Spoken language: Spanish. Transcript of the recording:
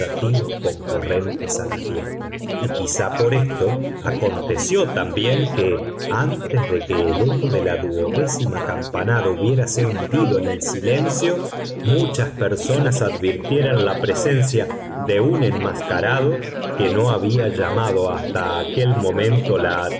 concurrentes a la fiesta y quizá por esto aconteció también que antes de que el eco de la duodécima campanada hubiérase hundido en el silencio muchas personas advirtieran la presencia de un enmascarado que no había llamado hasta aquel momento la